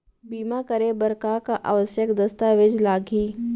बीमा करे बर का का आवश्यक दस्तावेज लागही